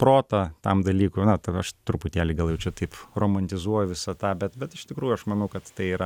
protą tam dalykui na tada aš truputėlį gal jau čia taip romantizuoju visą tą bet bet iš tikrųjų aš manau kad tai yra